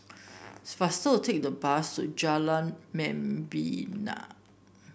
faster to take the bus to Jalan Membina